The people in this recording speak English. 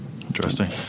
Interesting